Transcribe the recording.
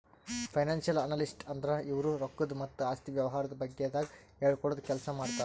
financial analyst ಅಂದ್ರ ಇವ್ರು ರೊಕ್ಕದ್ ಮತ್ತ್ ಆಸ್ತಿ ವ್ಯವಹಾರದ ಬಗ್ಗೆದಾಗ್ ಹೇಳ್ಕೊಡದ್ ಕೆಲ್ಸ್ ಮಾಡ್ತರ್